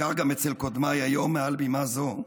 וכך גם אצל קודמיי היום מעל בימה זו,